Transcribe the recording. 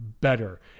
better